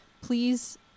Please